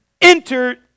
entered